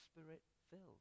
spirit-filled